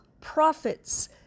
prophets